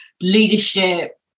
leadership